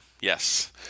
yes